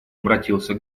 обратился